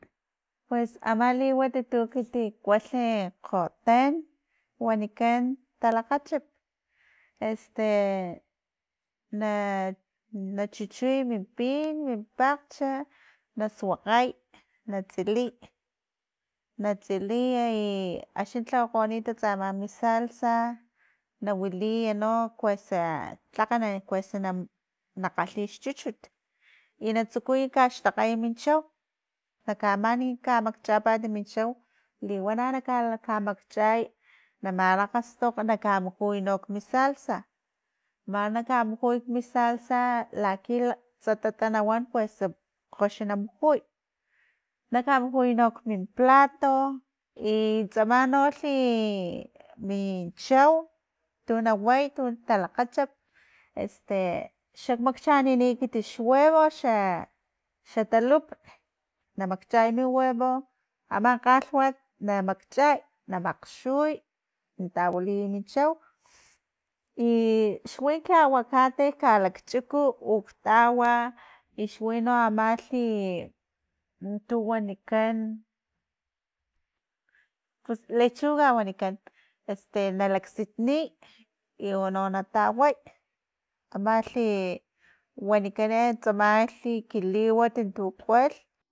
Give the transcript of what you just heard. Pus ama liwat tu- tu ekit kuatli kgotan wanikan talakgachup "este" na nachucuy min pin min pakgchu na suagkay na, tsiliy na stiliy i axni tlawakgonitats ama mi salsa, na wiliya no kuesa tlakg kuesa na- na kgathi xchuchut y na tsukuya kaxtakgay min chau, na ka mani ka makchapat min chau, liwana na ka- ka makchay na malakgastokg y na ka mujuy no kmin salsa, man na kamujuy min salsa laki tsatata na wan kuesa kgox na mujuy, na ka mujuy nok min plato i tsamalhi min chau, tu na way tu talakgachup "este" xak makchanini ekit xhuevo xa xatalup na makchay mi huevo ama kgalhwat na makchay na makgxuy na tawiliy min chau i xwi ki aguacate ka lakchuka uktawa xwi no amalhi un tu wanikan, pus lechuga wanikan "este" na laksitniy i uno na taway, amalhi, wanikan e tsamalhi ki liwat untu kualhi.